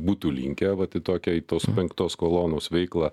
būtų linkę vat į tokią į tos penktos kolonos veiklą